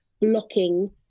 blocking